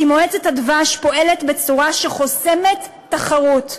כי מועצת הדבש פועלת בצורה שחוסמת תחרות.